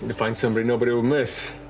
and find somebody nobody would miss.